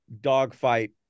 dogfight